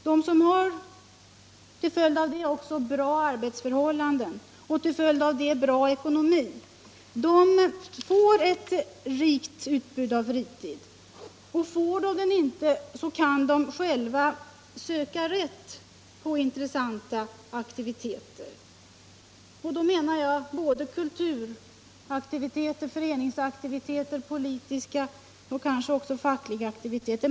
De som har en bra utbildning och till följd härav bra arbetsförhållanden och till följd av det en bra ekonomi får ett rikt utbud av fritidsverksamheter. Och nås de inte av utbudet kan de själva söka rätt på intressanta aktiviteter. Jag syftar då på kulturaktiviteter, föreningsaktiviteter och politiska aktiviteter och kanske också på fackliga aktiviteter.